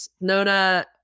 Nona